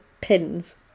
pins